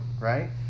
right